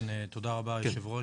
תודה רבה היו"ר.